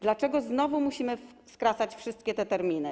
Dlaczego znowu musimy skracać wszystkie terminy?